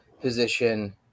position